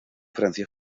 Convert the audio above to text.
francia